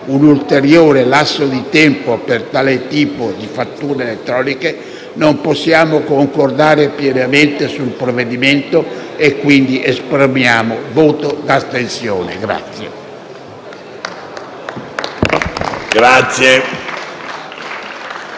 un ulteriore lasso di tempo per tale tipo di fatture elettroniche, non possiamo concordare pienamente sul provvedimento e quindi esprimeremo voto d'astensione.